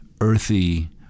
earthy